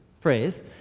phrase